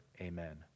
Amen